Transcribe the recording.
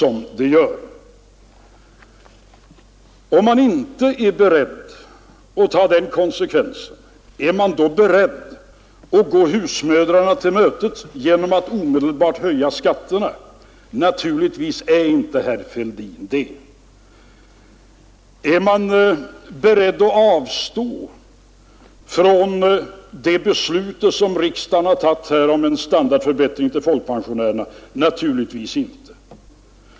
Om man inte är beredd att ta den konsekvensen, är man då beredd att gå husmödrarna till mötes genom att omedelbart höja skatterna? Naturligtvis är inte herr Fälldin det. Är man beredd att avstå från en standardförbättring till folkpensionärerna som riksdagen har fattat beslut om? Naturligtvis inte.